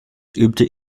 übte